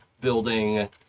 building